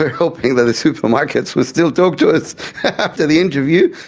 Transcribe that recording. ah hoping that the supermarkets will still talk to us after the interview.